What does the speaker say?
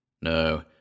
No